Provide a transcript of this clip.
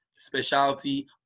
specialty